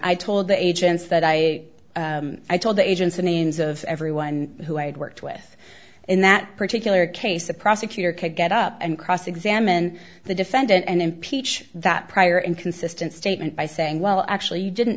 i told the agents that i told the agents the names of everyone who had worked with in that particular case the prosecutor could get up and cross examine the defendant and impeach that prior inconsistent statement by saying well i actually didn't